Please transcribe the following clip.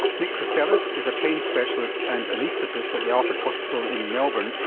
nick christelis is a pain specialist and anaesthetist at the alfred hospital in melbourne,